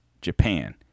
Japan